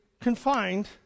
confined